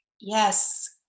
Yes